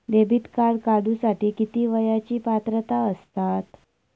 Debit card काढूसाठी किती वयाची पात्रता असतात?